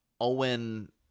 Owen